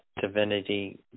divinity